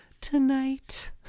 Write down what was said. tonight